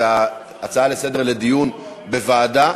ההצעה לסדר-היום לדיון בוועדה.